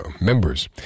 members